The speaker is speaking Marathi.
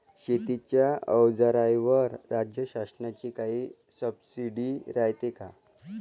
शेतीच्या अवजाराईवर राज्य शासनाची काई सबसीडी रायते का?